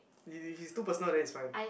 if it is too personal then it's fine